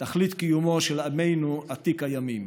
תכלית קיומו של עמנו עתיק הימים,